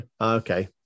okay